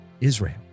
Israel